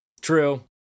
True